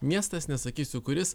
miestas nesakysiu kuris